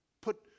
Put